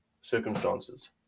circumstances